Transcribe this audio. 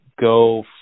go